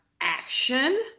action